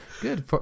good